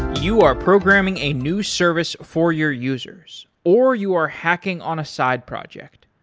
you are programming a new service for your users or you are hacking on a side project.